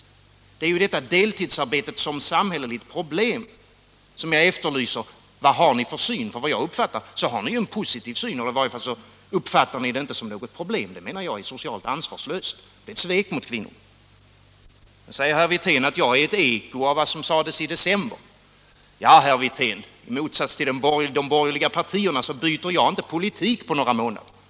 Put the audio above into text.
Jag efterlyser er syn på detta deltidsarbete såsom samhälleligt problem. Som jag uppfattar det har ni en positiv syn. I varje fall uppfattar ni det inte som något problem. Det anser jag vara socialt ansvarslöst och ett svek mot kvinnorna. Herr Wirtén förklarar att jag är ett eko av vad som sades i december. Ja, herr Wirtén, i motsats till de borgerliga partierna byter jag inte politik på några månader.